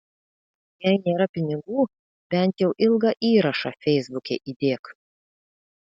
jei nėra pinigų bent jau ilgą įrašą feisbuke įdėk